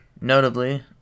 Notably